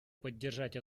поддержать